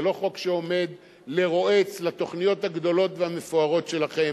זה לא חוק שעומד לרועץ לתוכניות הגדולות והמפוארות שלכם,